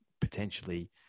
potentially